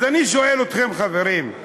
אז אני שואל אתכם, חברים.